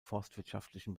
forstwirtschaftlichen